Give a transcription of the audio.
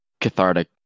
cathartic